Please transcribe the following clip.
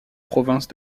province